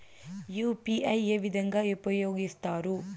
UPI ఏ విధంగా ఉపయోగిస్తారు?